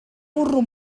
burro